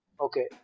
Okay